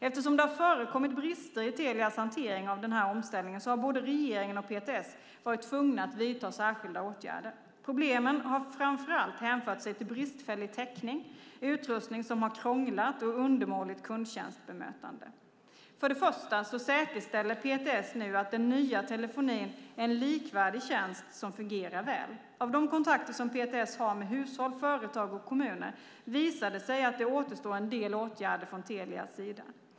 Eftersom det har förekommit brister i Telias hantering av den här omställningen har både regeringen och PTS varit tvungna att vidta särskilda åtgärder. Problemen har framför allt hänfört sig till bristfällig täckning, utrustning som har krånglat och undermåligt kundtjänstbemötande. För det första säkerställer PTS nu att den nya telefonin är en likvärdig tjänst som fungerar väl. Av de kontakter som PTS har med hushåll, företag och kommuner visar det sig att det återstår en del åtgärder från Telias sida.